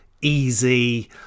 easy